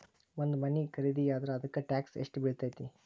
ಒಂದ್ ಮನಿ ಖರಿದಿಯಾದ್ರ ಅದಕ್ಕ ಟ್ಯಾಕ್ಸ್ ಯೆಷ್ಟ್ ಬಿಳ್ತೆತಿ?